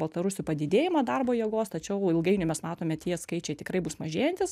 baltarusių padidėjimą darbo jėgos tačiau ilgainiui mes matome tie skaičiai tikrai bus mažėjantys